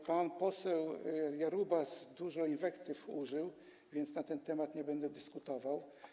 Pan poseł Jarubas użył dużo inwektyw, więc na ten temat nie będę dyskutował.